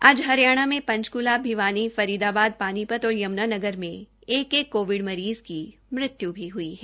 आज हरियाणा में पंचकूला भिवानी फरीदाबाद पानीपत और यमुनाननगर में एक एक कोविड मरीज की मृत्यु भी हुई है